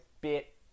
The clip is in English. bit